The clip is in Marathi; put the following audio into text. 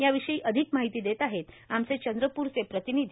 याविषयी अधिक माहिती देत आहेत आमचे चंद्रपूरचे प्रतिनिधी